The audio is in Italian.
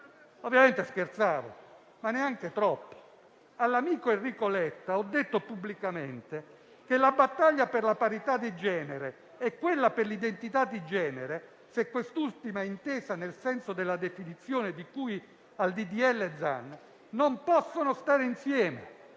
Ovviamente scherzavo, ma neanche troppo. All'amico Enrico Letta ho detto pubblicamente che la battaglia per la "parità di genere" e quella per l'"identità di genere" - se quest'ultima è intesa nel senso della definizione di cui al disegno di legge Zan - non possono stare insieme;